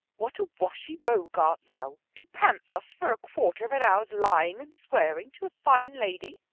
what a washy rogue art thou, to pant thus for a quarter of an hour's lying and swearing to a fine lady?